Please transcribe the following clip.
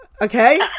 Okay